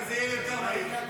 זה יהיה יותר מהיר.